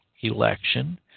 election